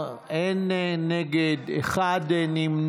בעד, 13, אין נגד, אחד נמנע.